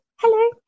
hello